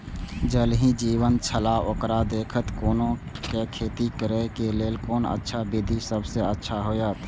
ज़ल ही जीवन छलाह ओकरा देखैत कोना के खेती करे के लेल कोन अच्छा विधि सबसँ अच्छा होयत?